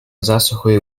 засуху